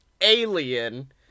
Alien